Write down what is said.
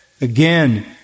again